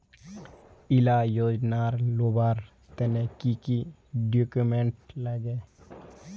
इला योजनार लुबार तने की की डॉक्यूमेंट लगे?